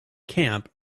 camp